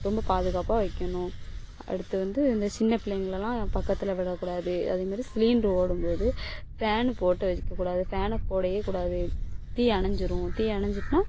ரொம்ப பாதுகாப்பாக வைக்கணும் அடுத்து வந்து இந்த சின்னப்பிள்ளைங்களைலாம் பக்கத்தில் விட கூடாது அதே மாதிரி சிலிண்ட்ரு ஓடும் போது ஃபேனு போட்டு வைக்கக்கூடாது ஃபேனை போடவே கூடாது தீ அணைஞ்சிரும் தீ அணஞ்சிட்டுனா